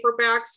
paperbacks